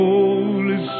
Holy